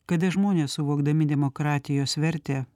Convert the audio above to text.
kada žmonės suvokdami demokratijos vertę